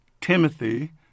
Timothy